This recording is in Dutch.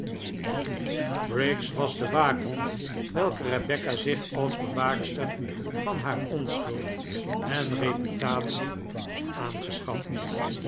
briggs was de waakhond welke rebecca zich als bewaakster van haar onschuld en reputatie had aangeschaft